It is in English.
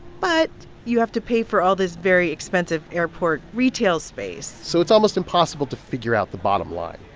but you have to pay for all this very expensive airport retail space so it's almost impossible to figure out the bottom line.